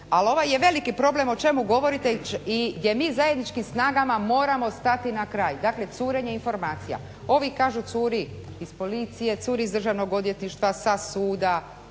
Ali ovo je veliki problem o čemu govorite i gdje mi zajedničkim snagama moramo stati na kraj, dakle curenje informacija. Ovi kažu curi iz policije, curi iz državnog odvjetništva, sa suda,